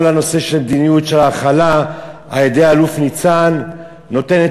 כל הנושא של המדיניות ההכלה של האלוף ניצן נותן את